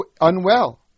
unwell